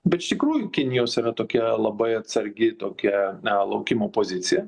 bet iš tikrųjų kinijos yra tokia labai atsargi tokia na laukimo pozicija